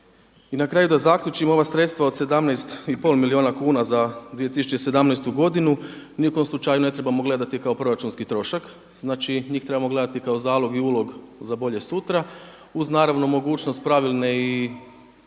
I na kraju da zaključim, ova sredstva od 17 i pol milijuna kuna za 2017. godinu ni u kom slučaju ne trebamo gledati kao proračunski trošak. Znači, njih trebamo gledati kao zalog i ulog za bolje sutra uz naravno mogućnost pravilne i